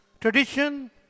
Tradition